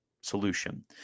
solution